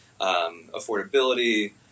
affordability